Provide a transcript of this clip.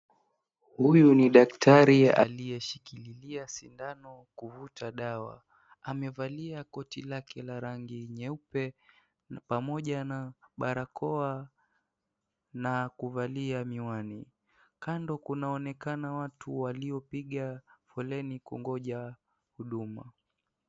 Huyu ni daktari aliyeshikilia sidano kuvuta dawa, amevalia koti lake la rangi nyeupe na pamoja na barakoa na kuvalia miwani. Kando kunaonekana watu waliopiga foleni kungonja huduma.